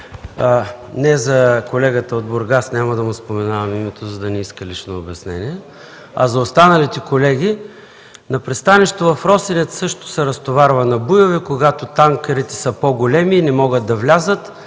не за колегата от Бургас, няма да му споменавам името, за да не иска лично обяснение, а за останалите колеги – на пристанището в Росенец също се разтоварва на буйове, когато танкерите са по големи и не могат да влязат.